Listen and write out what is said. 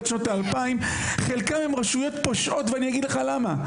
שנות ה-2000 חלקן הן רשויות פושעות ואני אגיד לך למה.